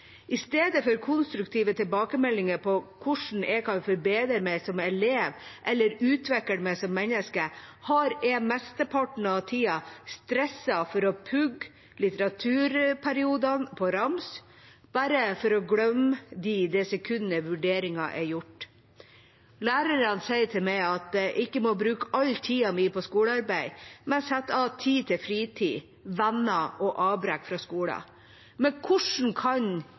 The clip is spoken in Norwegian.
konstruktive tilbakemeldinger om hvordan jeg kan forbedre meg som elev eller utvikle meg som menneske, har jeg mesteparten av tida stresset for å pugge litteraturperiodene på rams, bare for å glemme dem det sekundet vurderingen er gjort. Lærerne sier til meg at jeg ikke må bruke all tiden min på skolearbeid, men sette av tid til fritid, venner og avbrekk fra skolen. Men hvordan kan